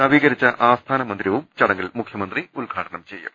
നവീകരിച്ച ആസ്ഥാന മന്ദിരവും ചടങ്ങിൽ മുഖ്യമന്ത്രി ഉദ്ഘാടനം ചെയ്യും